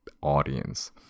audience